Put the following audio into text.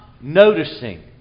noticing